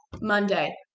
monday